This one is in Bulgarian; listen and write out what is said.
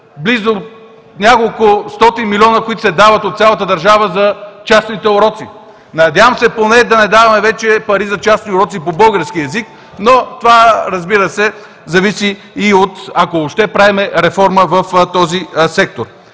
близо няколко стотин милиона, които ще дават от цялата държава, за частните уроци? Надявам се поне да не даваме вече пари за частни уроци по български език, но, разбира се, това зависи и от…, ако въобще правим реформа, в този сектор.